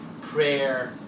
prayer